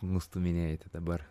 nustūminėjate dabar